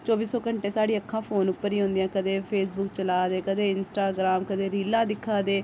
चौह्बी सौ घैंटे साढ़ी अक्खां फोन उप्पर गै होंदियां कदें फेसबुक चला दे कदें इस्टाग्राम कदें रीलां दिक्खै दे